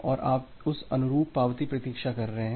और आप उस अनुरूप पावती की प्रतीक्षा कर रहे हैं